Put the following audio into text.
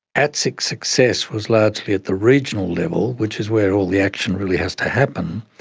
atsic's success was largely at the regional level, which is where all the action really has to happen,